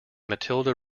matilda